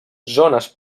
zones